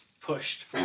pushed